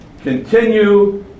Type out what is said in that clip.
continue